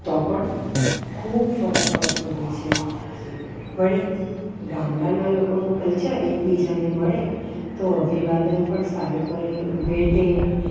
તો પણ ખૂબ ફરક પડતો હોય છે વળી ગામડાના લોકોનું કલ્ચર એકબીજાને મળે તો અભિવાદન પણ સારું કરે ભેટે